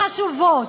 חשובות,